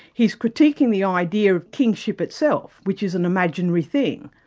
he's critiquing the idea of kingship itself, which is an imaginary thing,